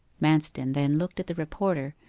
manston then looked at the reporter,